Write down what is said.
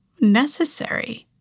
necessary